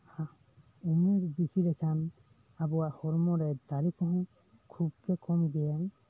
ᱧᱤᱨ ᱵᱮᱥᱤ ᱞᱮᱠᱷᱟᱱ ᱟᱵᱚᱣᱟᱜ ᱦᱚᱲᱢᱚᱨᱮ ᱫᱟᱲᱮ ᱠᱚᱦᱚᱸ ᱠᱷᱩᱵᱜᱮ ᱠᱚᱢ ᱜᱮᱭᱟ